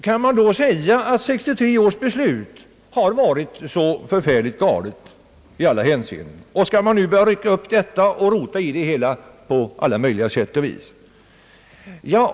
Kan man då säga att 1963 års beslut har varit så galet i alla hänseenden? Och skall man nu börja rycka upp detta och rota i det hela på alla möjliga sätt?